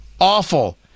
awful